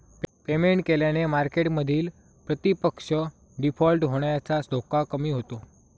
payment केल्याने मार्केटमधील प्रतिपक्ष डिफॉल्ट होण्याचा धोका कमी होतो